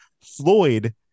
Floyd